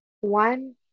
One